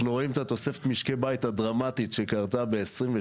אנחנו רואים את התוספת משקי בית הדרמטית שקרתה ב-2022,